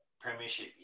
premiership